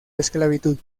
esclavitud